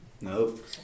Nope